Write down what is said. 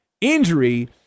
injury